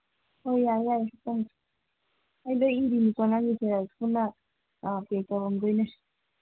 ꯍꯣꯏ ꯌꯥꯏ ꯌꯥꯏꯌꯦ ꯍꯥꯞꯄꯝꯒꯦ ꯑꯩꯗꯣ ꯏꯔꯤꯅꯤꯀꯣ ꯅꯪꯒꯤꯁꯦ ꯄꯨꯟꯅ ꯄꯦꯛ ꯇꯧꯔꯝꯗꯣꯏꯅꯦ